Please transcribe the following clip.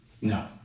No